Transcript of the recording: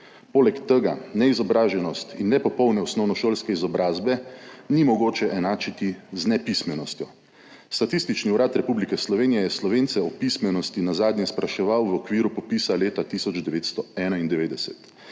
Poleg tega neizobraženosti in nepopolne osnovnošolske izobrazbe ni mogoče enačiti z nepismenostjo. Statistični urad Republike Slovenije je Slovence o pismenosti nazadnje spraševal v okviru popisa leta 1991,